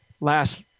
last